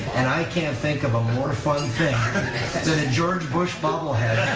and i can't think of a more fun thing than a george bush bobblehead.